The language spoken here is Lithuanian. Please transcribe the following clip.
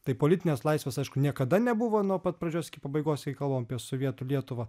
tai politinės laisvės aišku niekada nebuvo nuo pat pradžios iki pabaigos jei kalbam apie sovietų lietuvą